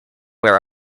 where